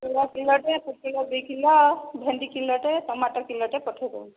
ଚୁଡ଼ା କିଲୋଟେ ପୋଟଳ ଦି କିଲୋ ଭେଣ୍ଡି କିଲୋଟେ ଟମାଟୋ କିଲୋଟେ ପଠାଇ ଦୋଉନ୍